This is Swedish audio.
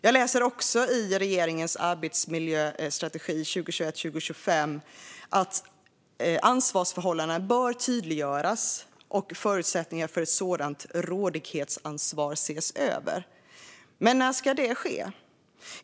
Jag läser också i regeringens arbetsmiljöstrategi för 2021-2025 att ansvarsförhållandena bör tydliggöras och förutsättningarna för ett sådant rådighetsansvar ses över. Men när ska det ske?